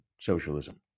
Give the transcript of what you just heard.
socialism